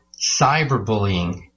cyberbullying